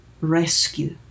rescue